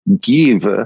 give